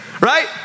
right